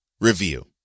review